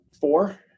four